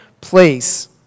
place